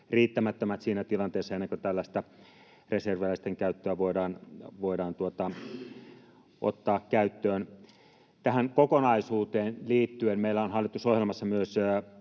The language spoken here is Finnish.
riittämättömät siinä tilanteessa, ennen kuin tällaista reserviläisten käyttöä voidaan ottaa käyttöön. Tähän kokonaisuuteen liittyen meillä on hallitusohjelmassa myös